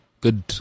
Good